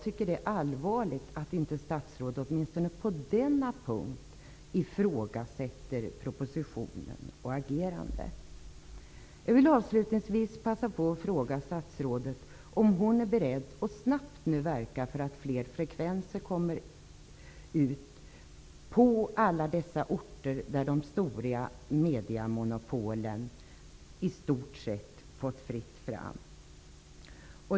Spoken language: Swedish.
Det är allvarligt att statsrådet inte åtminstone på denna punkt ifrågasätter propositionen och agerandet. Jag vill avslutningsvis passa på att fråga statsrådet om hon är beredd att snabbt verka för att det blir fler frekvenser på alla de orter där de stora mediemonopolen i stort sett har fått fritt fram.